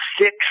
six